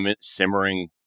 simmering